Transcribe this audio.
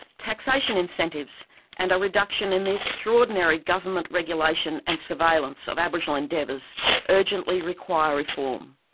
taxation incentives and a reduction in the extraordinary government regulation and surveillance of aboriginal endeavours urgently require reform.